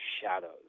shadows